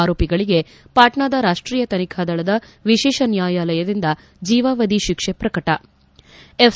ಆರೋಪಿಗಳಿಗೆ ಪಾಟ್ನಾದ ರಾಷ್ಷೀಯ ತನಿಖಾ ದಳದ ವಿಶೇಷ ನ್ನಾಯಾಲಯದಿಂದ ಜೀವಾವಧಿ ಶಿಕ್ಷೆ ಪ್ರಕಟ ಎಫ್